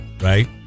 Right